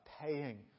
paying